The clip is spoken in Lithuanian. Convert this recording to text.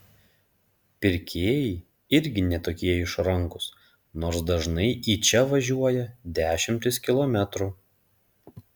pirkėjai irgi ne tokie išrankūs nors dažnai į čia važiuoja dešimtis kilometrų